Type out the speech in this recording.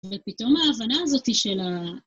ופתאום ההבנה הזאת של ה...